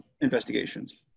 Investigations